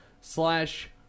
slash